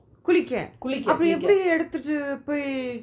குளிக்க அப்புறம் எப்பிடி எடுத்துட்டு பொய்:kulika apram epidi eaduthutu poi